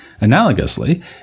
Analogously